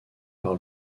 par